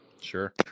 Sure